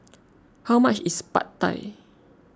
how much is Pad Thai